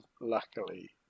luckily